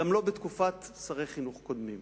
גם לא בתקופת שרי חינוך קודמים.